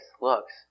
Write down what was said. looks